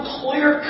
clear